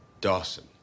Dawson